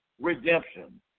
redemption